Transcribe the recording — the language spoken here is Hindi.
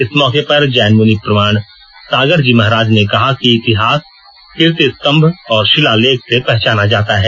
इस मौके पर जैन मुनि प्रमाण सागर जी महाराज ने कहा कि इतिहास कीर्ति स्तंभ और शिलालेख से पहचाना जाता है